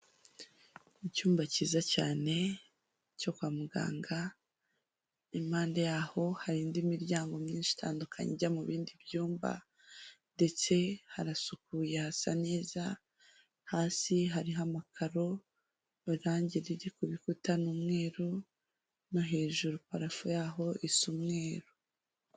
Mu cyumba kiza cyane cyo kwa muganga, impande yaho hari indi miryango myinshi itandukanye, ijya mu bindi byumba ndetse harasukuye hasa neza, hasi hari amakaro irangi ri kubikuta ni umweru, no hejuru parafuo yaho isa umweru.